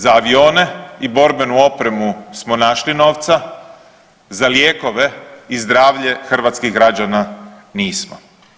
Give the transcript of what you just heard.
Za avione i borbenu opremu smo našli novca, za lijekove i zdravlje hrvatskih građana nismo.